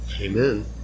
amen